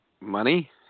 Money